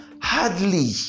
Hardly